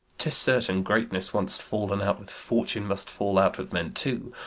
tis certain, greatness, once fall'n out with fortune, must fall out with men too.